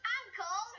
uncle